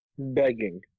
Begging